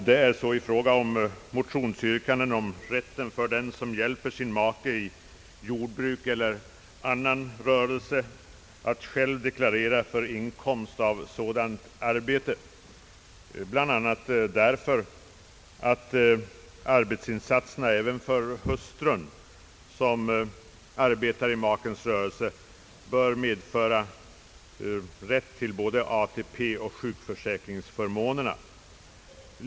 Detta är fallet i fråga om motionsyrkandet om rätt för kvinna som hjälper sin make i jordbruk eller annan rörelse att själv deklarera sin inkomst av sådant arbete, bl.a. därför att sådan arbetsinsats även för hustru som arbetar i makens rörelse bör medföra rätt till både ATP och sjukförsäkringsförmånerna.